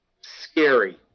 scary